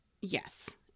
Yes